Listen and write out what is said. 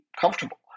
comfortable